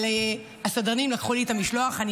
אבל הסדרנים לקחו לי את המשלוח.